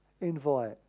invite